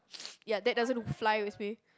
ya that doesn't fly with me